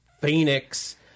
Phoenix